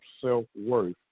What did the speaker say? self-worth